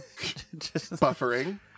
Buffering